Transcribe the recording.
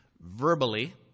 verbally